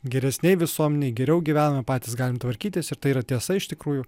geresnėj visuomenėj geriau gyvenam patys galim tvarkytis ir tai yra tiesa iš tikrųjų